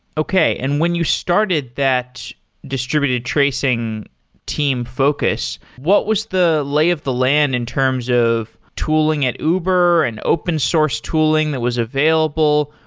okay. and when you started that distributed tracing team focus, what was the lay of the land in terms of tooling at uber and open source tooling that was available.